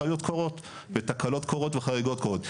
טעויות קורות ותקלות קורות וחריגות קורות,